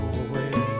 away